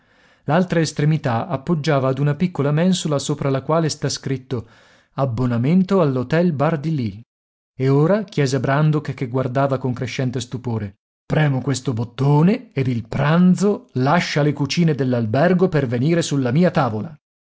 l'altra estremità s'appoggiava ad una piccola mensola sopra la quale sta scritto abbonamento all'htel bardilly e ora chiese brandok che guardava con crescente stupore premo questo bottone ed il pranzo lascia le cucine dell'albergo per venire sulla mia tavola